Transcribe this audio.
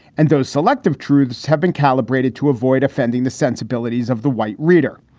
and those selective truths have been calibrated to avoid offending the sensibilities of the white reader.